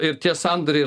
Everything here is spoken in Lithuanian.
ir tie sandoriai